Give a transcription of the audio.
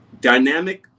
Dynamic